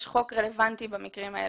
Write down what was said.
יש חוק רלוונטי במקרים האלה,